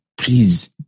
Please